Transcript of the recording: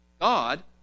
God